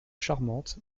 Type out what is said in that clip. charmante